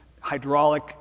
hydraulic